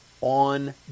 on